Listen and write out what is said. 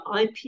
IP